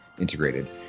integrated